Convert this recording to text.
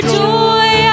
joy